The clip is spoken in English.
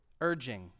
urging